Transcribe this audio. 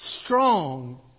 strong